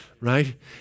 right